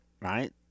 right